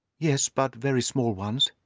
yes, but very small ones.